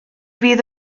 fydd